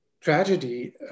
tragedy